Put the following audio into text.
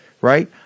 right